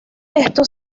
esto